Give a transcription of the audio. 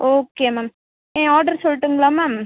okay ma'am என் order சொல்லட்டுங்களா ma'am